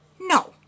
No